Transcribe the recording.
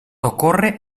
ocórrer